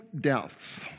deaths